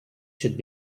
should